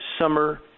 summer